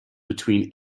between